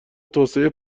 توسعه